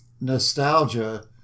nostalgia